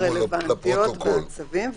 -- הרלוונטיות והצווים,